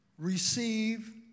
Receive